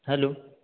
hello